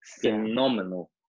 phenomenal